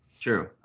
True